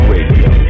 Radio